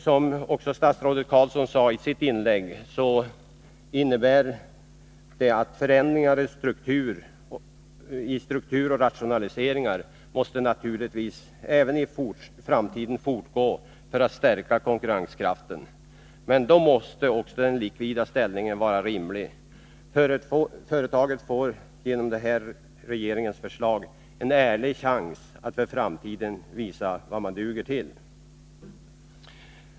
Som statsrådet Carlsson också sade i sitt inlägg måste naturligtvis förändringar i struktur och rationaliseringar även i framtiden fortgå för att stärka konkurrenskraften, men då måste också den likvida ställningen vara rimlig. Företaget får genom regeringens förslag en ärlig chans att för framtiden visa vad man duger till.